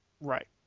Right